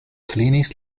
klinis